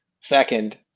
Second